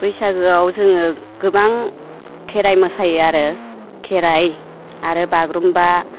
बैसागुआव जोङो गोबां खेराइ मोसायो आरो खेराइ आरो बागुरुम्बा